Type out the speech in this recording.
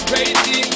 Crazy